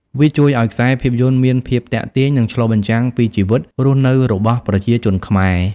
វាជួយឲ្យខ្សែភាពយន្តមានភាពទាក់ទាញ និងឆ្លុះបញ្ចាំងពីជីវិតរស់នៅរបស់ប្រជាជនខ្មែរ។